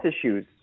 issues